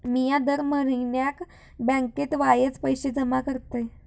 मिया दर म्हयन्याक बँकेत वायच पैशे जमा करतय